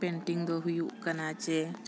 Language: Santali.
ᱯᱮᱱᱴᱤᱝ ᱫᱚ ᱦᱩᱭᱩᱜ ᱠᱟᱱᱟ ᱡᱮ